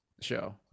show